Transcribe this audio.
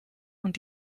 und